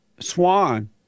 Swan